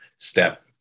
step